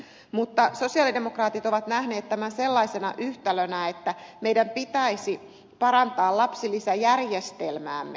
mutta sosialidemokraatit ovat nähneet tämän sellaisena yhtälönä että meidän pitäisi parantaa lapsilisäjärjestelmäämme